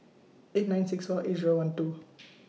eight nine six four eight Zero one two